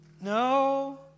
No